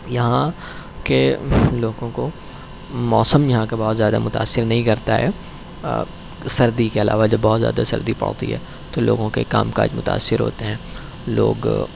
یہاں کے لوگوں کو موسم یہاں کا بہت زیادہ متاثر نہیں کرتا ہے سردی کے علاوہ جب بہت زیادہ سردی پڑتی ہے تو لوگوں کے کام کاج متاثر ہوتے ہیں لوگ